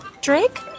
Drake